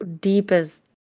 deepest